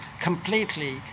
completely